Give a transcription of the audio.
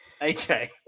AJ